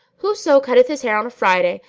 whoso cutteth his hair on a friday,